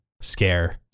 scare